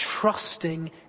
trusting